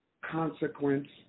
consequence